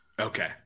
Okay